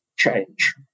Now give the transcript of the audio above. Change